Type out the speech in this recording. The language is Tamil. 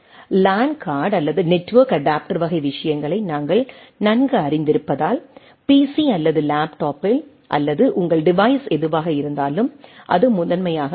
லேன் கார்டு அல்லது நெட்வொர்க் அடாப்டர் வகை விஷயங்களை நாங்கள் நன்கு அறிந்திருப்பதால் பிசி அல்லது லேப்டாப்பில் அல்லது உங்கள் டிவைஸ் எதுவாக இருந்தாலும் அது முதன்மையாக உள்ளது